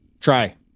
Try